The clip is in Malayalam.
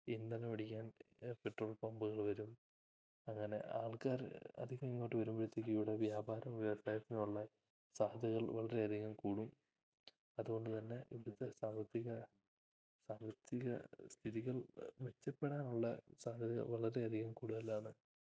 ഇന്ധനമടിക്കാൻ പെട്രോൾ പമ്പുകൾ വരും അങ്ങനെ ആൾക്കാർ അധികം ഇങ്ങോട്ട് വരുമ്പോഴത്തേക്കും ഇവിടെ വ്യാപാരം ഉയർത്താനുള്ള സാഹചര്യം വളരെയധികം കൂടും അതുകൊണ്ട് തന്നെ ഇവിടുത്തെ സാമ്പത്തിക സാമ്പത്തിക സ്ഥിതികൾ മെച്ചപ്പെടാനുള്ള സാഹചര്യങ്ങൾ വളരെയധികം കൂടുതലാണ്